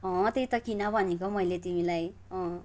अँ त्यही त किन भनेको मैले तिमीलाई अँ